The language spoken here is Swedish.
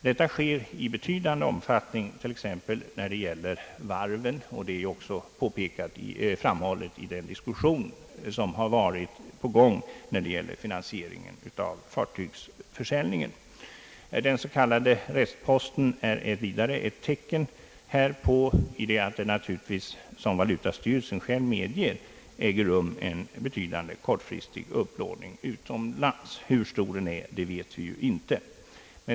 Detta sker i betydande omfattning t.ex. när det gäller varven, och det har också framhållits i den diskussion som förekommit när det gäller finansieringen av fartygsförsäljningen. Den s.k. restposten är vidare ett tecken härpå i det att, som valutastyrelsen själv medger, en betydande kortfristig upplåning äger rum utomlands. Hur stor den är vet vi inte.